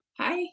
Hi